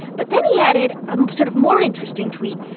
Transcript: but then he added a sort of more interesting tweet.